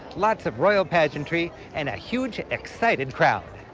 lots of royal pageantry, and a huge excited crowd.